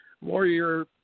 warrior